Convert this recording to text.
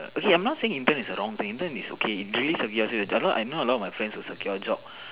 okay I'm not saying intern is a wrong thing intern is okay it really secures you a not a lot of my friends secure job